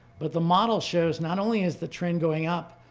but the model shows not only is the trend going up,